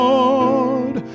Lord